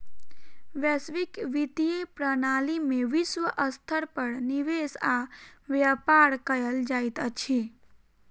वैश्विक वित्तीय प्रणाली में विश्व स्तर पर निवेश आ व्यापार कयल जाइत अछि